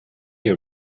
you